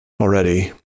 already